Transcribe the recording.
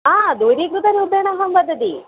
हा दूरीकृतरूपेण अहं वदामि